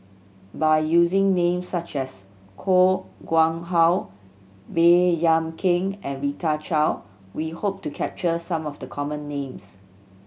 by using names such as Koh Nguang How Baey Yam Keng and Rita Chao we hope to capture some of the common names